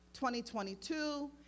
2022